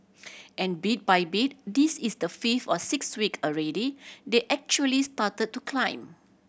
and bit by bit this is the fifth or sixth week already they actually started to climb